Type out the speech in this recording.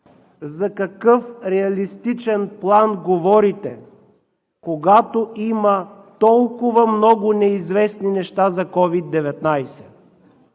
За какъв реалистичен план говорите, когато има толкова много неизвестни неща за COVID-19?!